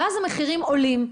אז המחירים עולים,